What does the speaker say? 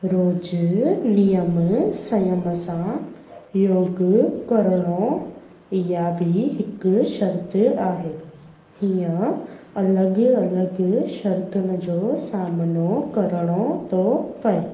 रोज़ु नियम सयम सां योग करिणो इहा बि हिकु शर्त आहे हीअं अलॻि अलॻि शर्तुनि जो सामनो करिणो थो पिए